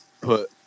put